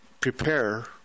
prepare